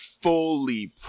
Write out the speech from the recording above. fully